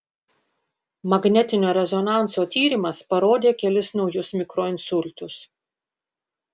magnetinio rezonanso tyrimas parodė kelis naujus mikroinsultus